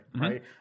Right